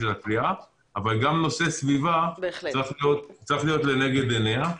של הכליאה אבל גם נושא סביבה צריך להיות לנגד עיניה.